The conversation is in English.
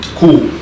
cool